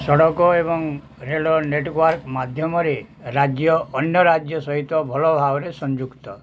ସଡ଼କ ଏବଂ ରେଳ ନେଟ୍ୱାର୍କ ମାଧ୍ୟମରେ ରାଜ୍ୟ ଅନ୍ୟ ରାଜ୍ୟ ସହିତ ଭଲ ଭାବରେ ସଂଯୁକ୍ତ